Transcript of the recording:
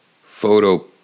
photo